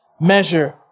measure